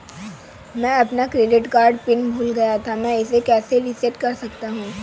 मैं अपना credit card PIN भूल गया था मैं इसे कैसे रीसेट कर सकता हूँ?